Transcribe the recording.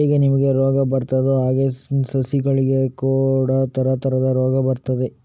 ಹೇಗೆ ನಮಿಗೆ ರೋಗ ಬರ್ತದೋ ಹಾಗೇ ಸಸಿಗಳಿಗೆ ಕೂಡಾ ತರತರದ ರೋಗ ಬರ್ತದೆ